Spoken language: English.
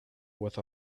with